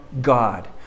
God